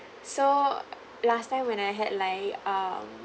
so last time when I had like um